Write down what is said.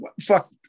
fuck